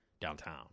downtown